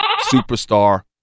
superstar